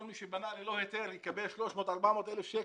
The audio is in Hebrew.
כל מי שבנה ללא היתר יקבל 300,000-400,000 שקל.